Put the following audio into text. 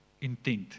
intent